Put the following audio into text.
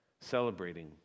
celebrating